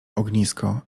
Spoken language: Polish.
ognisko